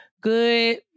Good